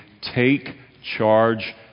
take-charge